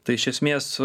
tai iš esmės